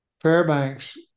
Fairbanks